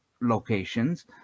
locations